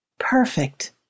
perfect